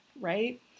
right